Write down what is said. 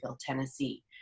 Tennessee